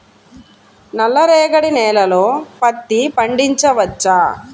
నల్ల రేగడి నేలలో పత్తి పండించవచ్చా?